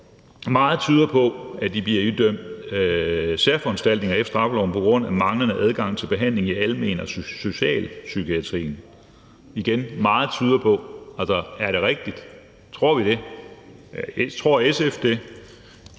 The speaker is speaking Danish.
»Meget tyder på, at de bliver idømt særforanstaltninger efter straffeloven på grund af manglende adgang til behandling i almen- og socialpsykiatrien.«. Igen er det: »Meget tyder på«. Altså, er det rigtigt? Tror vi det? Tror SF det?